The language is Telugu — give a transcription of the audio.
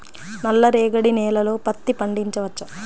నల్ల రేగడి నేలలో పత్తి పండించవచ్చా?